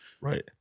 Right